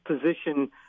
position